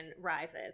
rises